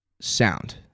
sound